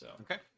Okay